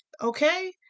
okay